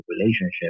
relationship